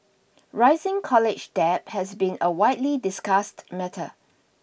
rising college debt has been a widely discussed matter